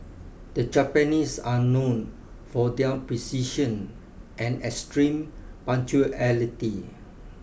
the Japanese are known for their precision and extreme punctuality